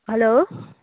hello